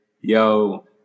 yo